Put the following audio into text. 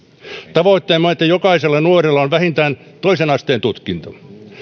tavoitteemme on että jokaisella nuorella on vähintään toisen asteen tutkinto